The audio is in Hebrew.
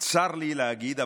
צר לי להגיד,